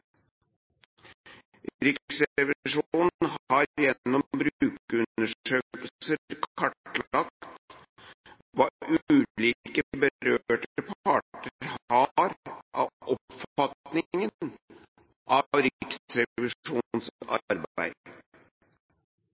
Riksrevisjonen har gjennom brukerundersøkelser kartlagt hva ulike berørte parter har av oppfatninger av Riksrevisjonens arbeid.